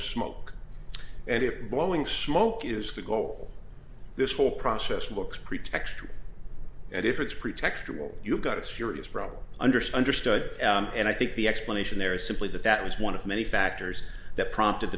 smoke and if blowing smoke is the goal this whole process looks pretextual and if it's pretextual you've got a serious problem under sunder study and i think the explanation there is simply that that was one of many factors that prompted